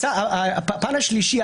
הפן השלישי,